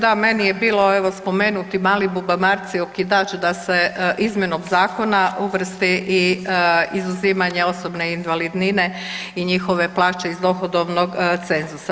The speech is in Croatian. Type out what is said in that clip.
Da, meni je bilo evo spomenuti mali bubamarci okidač da se izmjenom zakona uvrsti i izuzimanje osobne invalidnine i njihove plaće iz dohodovnog cenzusa.